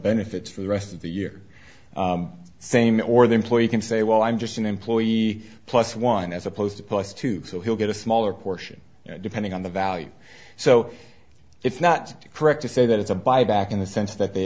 benefits for the rest of the year same or the employee can say well i'm just an employee plus one as opposed to plus two so he'll get a smaller portion depending on the value so it's not correct to say that it's a buyback in the sense that they